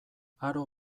aro